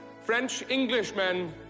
French-Englishmen